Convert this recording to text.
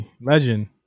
legend